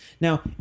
Now